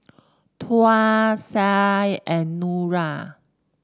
Tuah Syah and Nura